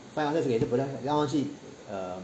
去 um